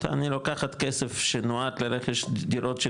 אני לוקחת כסף שנועד לרכש דירות של